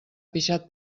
pixat